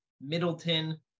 Middleton